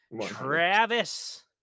Travis